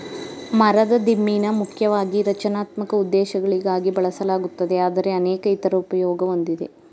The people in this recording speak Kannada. ಮರದ ದಿಮ್ಮಿನ ಮುಖ್ಯವಾಗಿ ರಚನಾತ್ಮಕ ಉದ್ದೇಶಗಳಿಗಾಗಿ ಬಳಸಲಾಗುತ್ತದೆ ಆದರೆ ಅನೇಕ ಇತರ ಉಪಯೋಗ ಹೊಂದಿದೆ